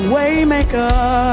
Waymaker